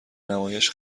نمایش